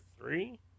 three